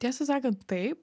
tiesą sakant taip